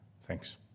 thanks